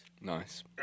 Nice